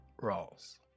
Rawls